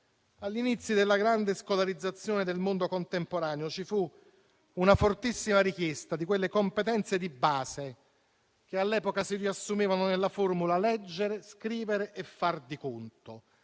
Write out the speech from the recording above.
Agli inizi della grande scolarizzazione del mondo contemporaneo ci fu una fortissima richiesta di quelle competenze di base che, all'epoca, si riassumevano nella formula: leggere, scrivere e far di conto.